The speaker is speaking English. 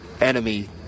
enemy